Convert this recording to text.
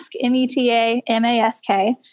M-E-T-A-M-A-S-K